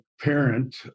parent